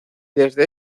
desde